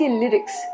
lyrics